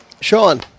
Sean